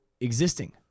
existing